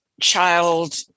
child